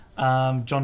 John